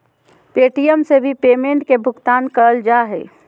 Paytm से भी payment के भुगतान करल जा हय